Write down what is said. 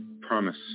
promise